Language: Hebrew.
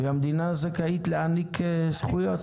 והמדינה זכאית להעניק זכויות.